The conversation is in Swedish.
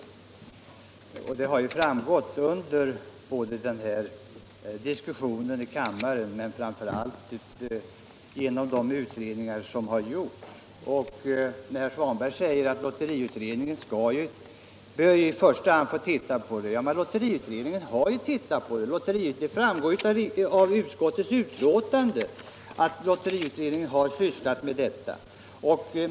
Att den är det har också framgått under diskussionen här i kammaren och framför allt genom de utredningar som har gjorts. Herr Svanberg säger att lotteriutredningen i första hand bör få se över frågan. Men lotteriutredningen har ju gjort det. Det framgår av utskottets betänkande att lotteriutredningen har sysslat med denna fråga.